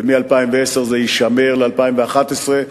ומ-2010 זה יישמר ל-2011,